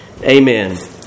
Amen